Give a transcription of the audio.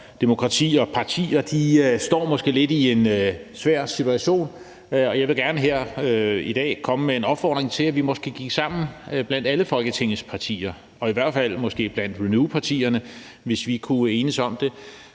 Demokrati måske står i en lidt svær situation, og jeg vil gerne her i dag komme med en opfordring til, at vi blandt alle Folketingets partier og i hvert fald måske blandt Renewpartierne, hvis vi kunne enes om det,